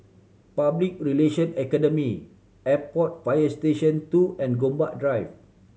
Public Relation Academy Airport Fire Station Two and Gombak Drive